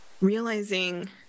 realizing